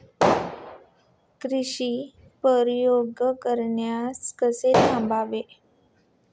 Cross परागीकरण कसे थांबवावे?